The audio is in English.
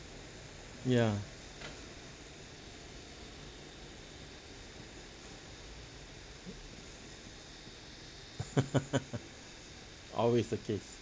ya always the case